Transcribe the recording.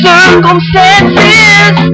circumstances